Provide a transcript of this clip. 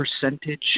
percentage